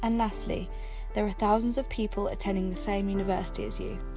and lastly there are thousands of people attending the same university as you,